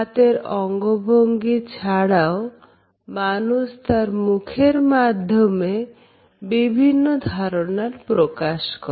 হাতের অঙ্গভঙ্গি ছাড়াও মানুষ তার মুখের মাধ্যমে বিভিন্ন ধারণার প্রকাশ করে